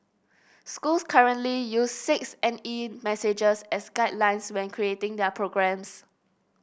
schools currently use six N E messages as guidelines when creating their programmes